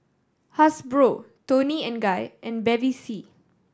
Hasbro Toni and Guy and Bevy C